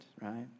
right